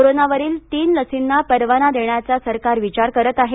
कोरोनावरील तीन लसींना परवाना देण्याचा सरकार विचार करत आहे